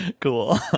Cool